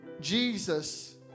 Jesus